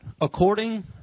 according